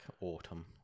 autumn